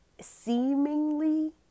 seemingly